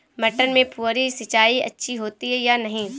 मटर में फुहरी सिंचाई अच्छी होती है या नहीं?